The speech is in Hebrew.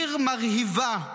עיר מרהיבה,